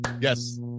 Yes